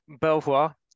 Belvoir